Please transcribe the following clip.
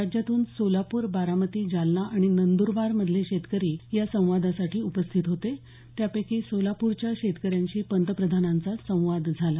राज्यातून सोलापूर बारामती जालना आणि नंद्रबार मधले शेतकरी या संवादासाठी उपस्थित होते त्यापैकी सोलापूरच्या शेतकऱ्यांशी पंतप्रधानांचा संवाद झाला